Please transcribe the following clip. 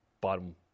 bottom